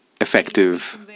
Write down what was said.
effective